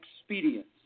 expedience